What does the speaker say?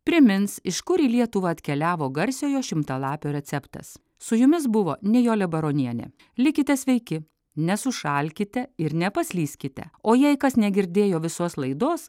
primins iš kur į lietuvą atkeliavo garsiojo šimtalapio receptas su jumis buvo nijolė baronienė likite sveiki nesušalkite ir nepaslyskite o jei kas negirdėjo visos laidos